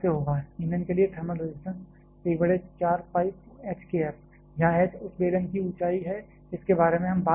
ईंधन के लिए थर्मल रजिस्टेंस 1 4πHkF जहाँ H उस बेलन की ऊँचाई है जिसके बारे में हम बात कर रहे हैं